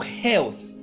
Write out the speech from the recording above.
health